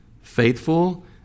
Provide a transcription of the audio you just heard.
faithful